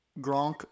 gronk